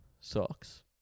socks